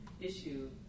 issue